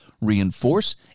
reinforce